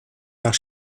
nach